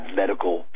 medical